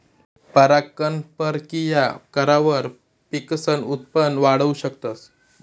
परागकण परकिया करावर पिकसनं उत्पन वाढाऊ शकतस